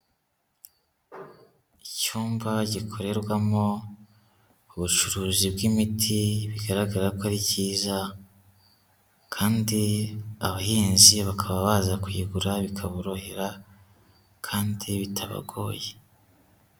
Icyumba gikorerwamo ubucuruzi bw'imiti, bigaragara ko ari cyiza kandi abahinzi bakaba baza kuyigura, bikaborohera kandi bitabagoye.